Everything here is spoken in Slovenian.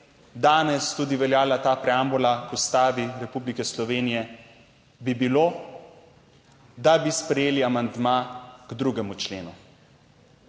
danes tudi veljala ta preambula v Ustavi Republike Slovenije, bi bil, da bi sprejeli amandma k 2. členu.